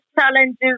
challenges